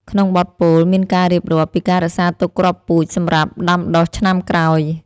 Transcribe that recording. ក្នុងបទពោល មានការរៀបរាប់ពីការរក្សាទុកគ្រាប់ពូជសម្រាប់ដាំដុះឆ្នាំក្រោយ។